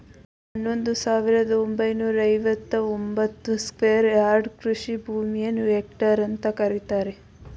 ಹನ್ನೊಂದು ಸಾವಿರದ ಒಂಬೈನೂರ ಐವತ್ತ ಒಂಬತ್ತು ಸ್ಕ್ವೇರ್ ಯಾರ್ಡ್ ಕೃಷಿ ಭೂಮಿಯನ್ನು ಹೆಕ್ಟೇರ್ ಅಂತ ಕರೀತಾರೆ